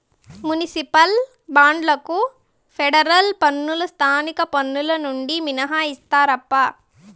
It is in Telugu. మునిసిపల్ బాండ్లకు ఫెడరల్ పన్నులు స్థానిక పన్నులు నుండి మినహాయిస్తారప్పా